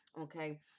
Okay